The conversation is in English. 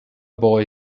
boy